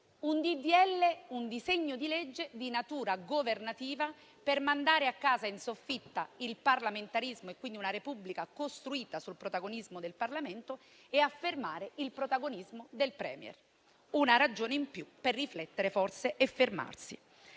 di un disegno di legge di natura governativa per mandare a casa in soffitta il parlamentarismo, quindi una Repubblica costruita sul protagonismo del Parlamento, e affermare il protagonismo del *Premier*: una ragione in più per riflettere, forse, e fermarsi.